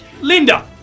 Linda